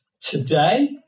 Today